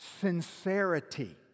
sincerity